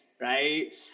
right